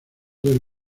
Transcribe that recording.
del